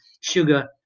sugar